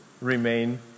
remain